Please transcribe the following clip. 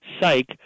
Psych